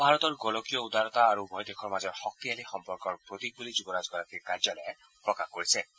এয়া ভাৰতৰ গোলকীয় উদাৰতা আৰু উভয় দেশৰ মাজৰ শক্তিশালী সম্পৰ্কৰ প্ৰতীক বুলি যুৱৰাজগৰাকীৰ কাৰ্যালয়ে প্ৰকাশ কৰিছে